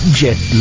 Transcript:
jet